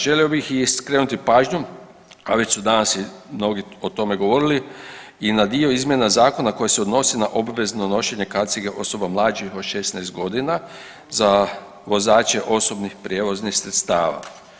Želio bih i skrenuti pažnju, a već su danas i mnogi o tome govorili i na dio izmjena zakona koji se odnosi na obvezno nošenje kaciga osoba mlađih od 16 godina za vozače osobnih prijevoznih sredstava.